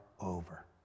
over